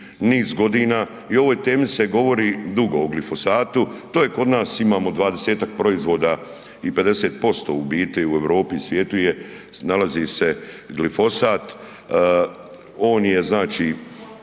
niz godina, i o ovoj temi se govori dugo, o glifosatu, to je kod nas, imamo 20-ak proizvoda i 50% u biti u Europi i u svijetu je, nalazi se glifosat, on je znači